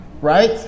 right